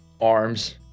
arms